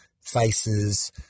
faces